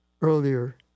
earlier